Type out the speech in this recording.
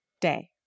Day